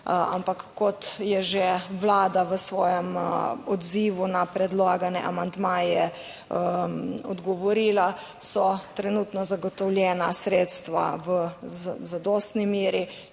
ampak kot je že Vlada v svojem odzivu na predlagane amandmaje odgovorila so trenutno zagotovljena sredstva v zadostni meri,